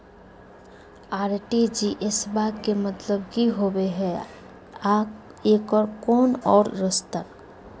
RTGS बा के मतलब कि होबे हय आ एकर कोनो और रस्ता?